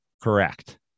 Correct